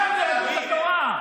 אנחנו יהדות התורה.